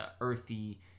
earthy